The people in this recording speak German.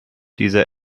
diese